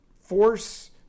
force